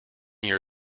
your